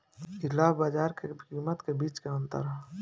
इ लाभ बाजार के कीमत के बीच के अंतर ह